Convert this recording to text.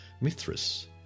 Mithras